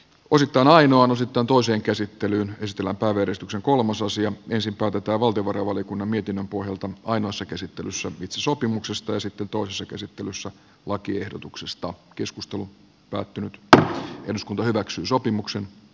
osittain on osittain tuo sen käsittelyyn stella pave ristuksen kolmososia ensin päätetään valtiovarainvaliokunnan mietinnön pohjalta ainoassa käsittelyssä sopimuksesta ja sitten toisessa käsittelyssä lakiehdotuksesta keskustelu päättynyt että eduskunta hyväksyi sopimuksen b